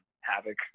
Havoc